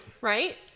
right